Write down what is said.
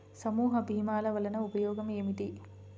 సమూహ భీమాల వలన ఉపయోగం ఏమిటీ?